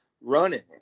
running